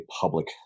public